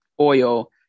oil